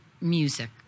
music